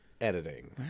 editing